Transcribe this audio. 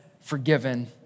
forgiven